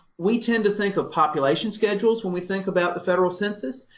we tend to think of population schedules when we think about the federal census,